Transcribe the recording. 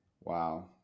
Wow